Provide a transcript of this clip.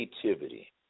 creativity